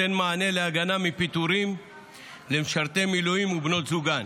נותן מענה להגנה מפיטורים למשרתי מילואים ובנות זוגם,